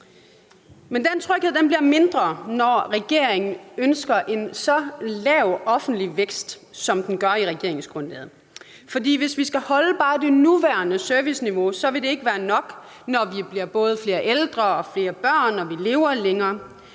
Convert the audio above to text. Men den tryghed bliver mindre, når regeringen ønsker en så lav offentlig vækst, som det fremgår af regeringsgrundlaget den gør, for hvis vi skal holde bare det nuværende serviceniveau, vil det ikke være nok, når der bliver både flere ældre og flere børn og vi lever længere.